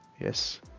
Yes